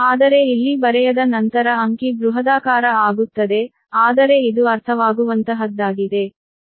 ಆದರೆ ಇಲ್ಲಿ ಬರೆಯದ ನಂತರ ಅಂಕಿ ಬೃಹದಾಕಾರದ ಆಗುತ್ತದೆ ಆದರೆ ಇದು ಅರ್ಥವಾಗುವಂತಹದ್ದಾಗಿದೆ